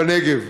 בנגב.